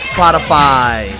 Spotify